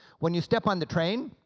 when you step on the train,